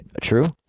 true